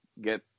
get